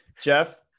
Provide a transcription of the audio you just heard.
Jeff